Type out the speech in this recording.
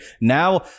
Now